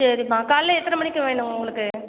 சரிம்மா காலைல எத்தனை மணிக்கு வேணும் உங்களுக்கு